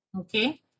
Okay